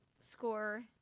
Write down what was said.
score